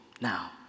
now